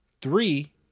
Three